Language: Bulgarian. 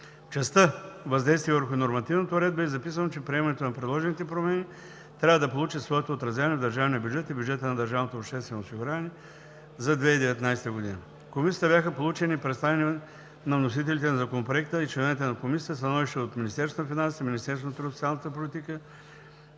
частта „Въздействие върху нормативната уредба“ е записано, че приемането на предложените промени трябва да получи своето отразяване в държавния бюджет и бюджета на държавното обществено осигуряване за 2019 г. В Комисията бяха получени и предоставени на вносителите на Законопроекта и членовете на Комисията становища на Министерството на финансите, Министерството на труда и социалната политика,